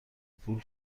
پول